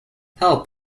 help